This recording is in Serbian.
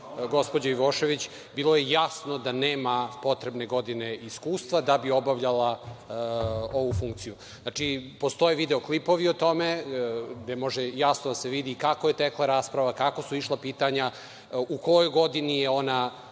gospođe Ivošević bilo je jasno da nema potrebne godine iskustva da bi obavljala ovu funkciju. Znači, postoje video klipovi o tome gde može jasno da se vidi kako je tekla rasprava, kako su išla pitanja, u kojoj godini je ona